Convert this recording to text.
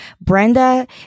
Brenda